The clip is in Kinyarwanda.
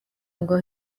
aho